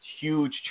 huge